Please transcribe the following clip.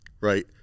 Right